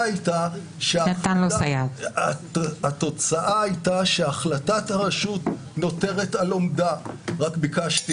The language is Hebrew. -- כל פעם ----- לא עומד לכם למשך דקה וחצי.